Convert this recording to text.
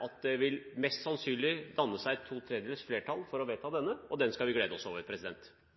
– mest sannsynlig vil få to tredjedels flertall og bli vedtatt. Det skal vi glede oss over.